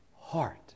heart